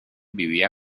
vivía